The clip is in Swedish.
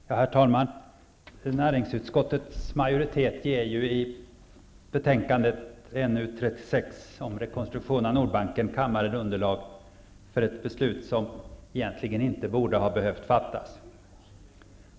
Herr talman! Näringsutskottets majoritet ger i betänkandet NU36 Rekonstruktion av Nordbanken kammaren underlag för ett beslut som egentligen inte borde ha behövt fattas.